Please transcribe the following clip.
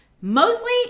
Mostly